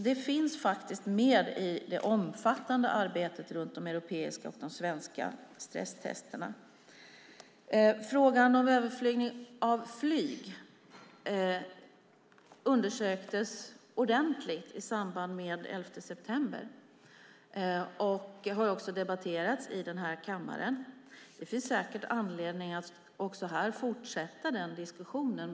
Det finns alltså med i det omfattande arbetet runt de europeiska och svenska stresstesterna. Frågan om överflygning av flyg undersöktes ordentligt i samband med den 11 september. Den har också debatterats här i kammaren. Det finns säkert anledning att även här fortsätta den diskussionen.